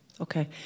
Okay